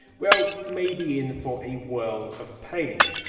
well you may be in for a world of pain.